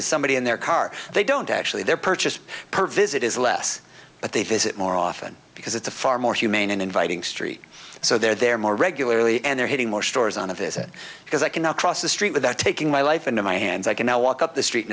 as somebody in their car they don't actually their purchase per visit is less but they visit more often because it's a far more humane and inviting street so they're there more regularly and they're hitting more stores on a visit because i cannot cross the street without taking my life into my hands i can now walk up the street